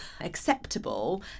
acceptable